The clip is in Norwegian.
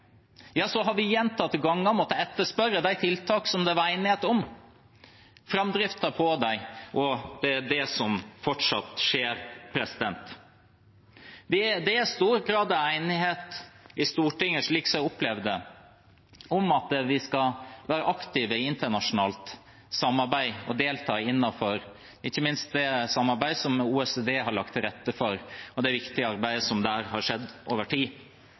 har vi gjentatte ganger måttet etterspørre de tiltakene det var enighet om, framdriften på dem og hva som skjer. Det er, slik jeg opplever det, stor grad av enighet i Stortinget om at vi skal være aktive i internasjonalt samarbeid og ikke minst delta innenfor det samarbeidet som OECD har lagt til rette for, og det viktige arbeidet som har skjedd der over tid.